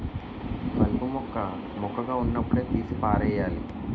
కలుపు మొక్క మొక్కగా వున్నప్పుడే తీసి పారెయ్యాలి